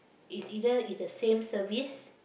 is either is the same service